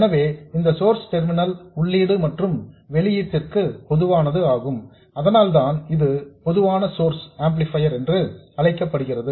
எனவே இந்த source terminal உள்ளீடு மற்றும் வெளியீட்டிற்கு பொதுவானது ஆகும் அதனால்தான் இது பொதுவான சோர்ஸ் ஆம்ப்ளிபையர் என்று அழைக்கப்படுகிறது